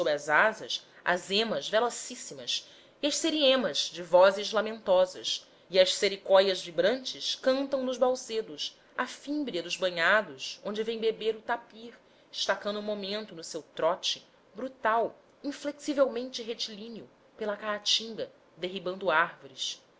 as asas as emas velocíssimas e as seriemas de vozes lamentosas e as sericóias vibrantes cantam nos balsedos à fímbria dos banhados onde vem beber o tapir estacando um momento no seu trote brutal inflexivelmente retilíneo pela caatinga derribando árvores